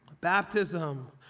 Baptism